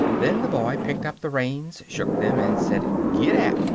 then the boy picked up the reins, shook them, and said gid-dap!